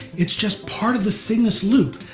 it is just part of the cygnus loop,